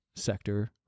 sector